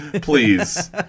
please